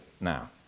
now